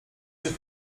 się